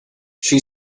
she